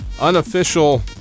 unofficial